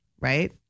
right